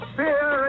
fear